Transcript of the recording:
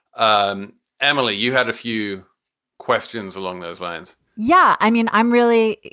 um emily, you had a few questions along those lines yeah, i mean, i'm really.